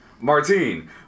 Martine